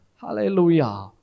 Hallelujah